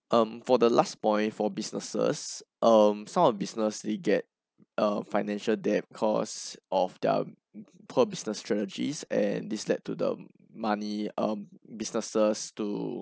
um for the last point for businesses um some of the business they get uh financial debt cause of their poor business strategies and this led to the money um businesses to